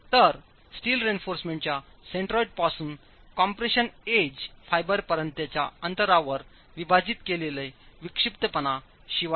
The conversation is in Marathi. तर स्टील रेइन्फॉर्समेंटच्या सेंट्रोइडपासून कॉम्प्रेशन एज फायबरपर्यंतच्या अंतरावर विभाजित केलेली विक्षिप्तपणा शिवाय काही नाही